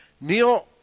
Neil